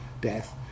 death